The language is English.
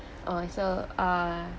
uh so uh